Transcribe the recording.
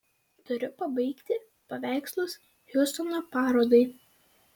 turiu pabaigti paveikslus hjustono parodai